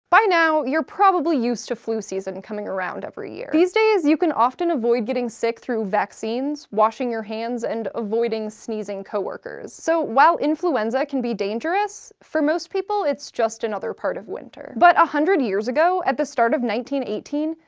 by now, you're probably used to flu season coming around every year. these days, you can often avoid getting sick through vaccines, washing your hands, and avoiding sneezing co-workers. so while influenza can be dangerous, for most people it's just another part of winter. but a hundred years ago, at the start of one thousand nine